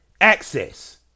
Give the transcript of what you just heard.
access